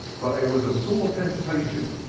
but it was a sore temptation.